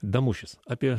damušis apie